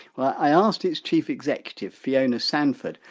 well, i asked its chief executive, fiona sandford,